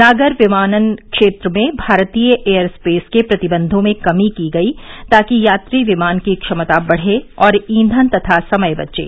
नागर विमानन क्षेत्र में भारतीय एयर स्पेस के प्रतिबंधों में कमी की गई ताकि यात्री विमान की क्षमता बढ़े और ईंधन तथा समय बचे